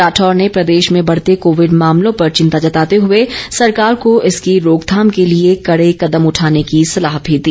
राठौर ने प्रदेश में बढ़ते कोविड मामलों पर चिंता जताते हुए सरकार को इसकी रोकथाम के लिए कड़े कदम उठाने की सलाह भी दी